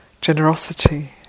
generosity